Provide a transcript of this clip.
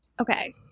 Okay